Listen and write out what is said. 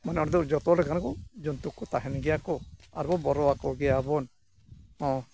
ᱢᱟᱱᱮ ᱚᱸᱰᱮ ᱫᱚ ᱡᱚᱛᱚ ᱞᱮᱠᱟᱱ ᱠᱚ ᱡᱚᱱᱛᱩ ᱠᱚ ᱛᱟᱦᱮᱱ ᱜᱮᱭᱟ ᱠᱚ ᱟᱨᱵᱚᱱ ᱵᱚᱨᱚ ᱟᱠᱚ ᱜᱮᱭᱟᱵᱚᱱ ᱦᱚᱸ